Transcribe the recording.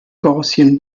gaussian